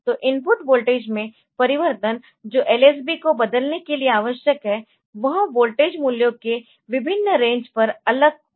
तो input voltage में परिवर्तन जो lsb को बदलने के लिए आवश्यक है वह वोल्टेज मूल्यों के विभिन्न रेंज पर अलग होता है